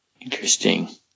Interesting